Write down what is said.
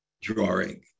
drawing